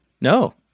No